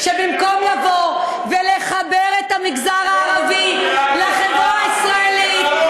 כשבמקום לבוא ולחבר את המגזר הערבי לחברה הישראלית,